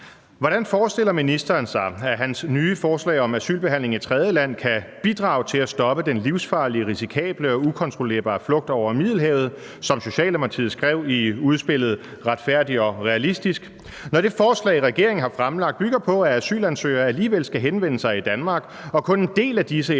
Hvordan forestiller ministeren sig at hans nye forslag om asylbehandling i tredjeland kan »bidrage til at stoppe den livsfarlige, risikable og ukontrollerbare flugt over Middelhavet«, som Socialdemokratiet skrev i udspillet »Retfærdig og realistisk«, når det forslag, regeringen har fremlagt, bygger på, at asylansøgere alligevel skal henvende sig i Danmark – og kun en del af disse efterfølgende